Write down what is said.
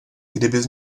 kdybys